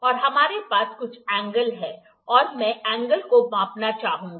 और हमारे पास कुछ एंगल है और मैं एंगल को मापना चाहूंगा